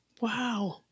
Wow